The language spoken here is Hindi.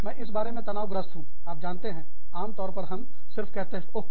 मैं इस बारे में तनाव ग्रस्त हूँ आप जानते हैं आमतौर पर हम सिर्फ कहते हैं ओह